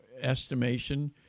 estimation